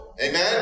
Amen